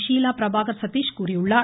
ஷீலா பிரபாகர் சதீஷ் கூறினார்